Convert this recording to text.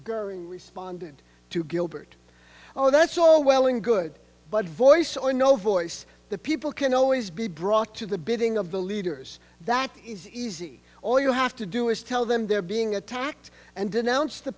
wars responded to gilbert oh that's all well and good but voice or no voice the people can always be brought to the bidding of the leaders that is easy all you have to do is tell them they're being attacked and denounce the